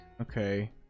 okay